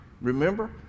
Remember